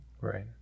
Right